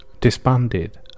disbanded